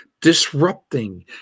disrupting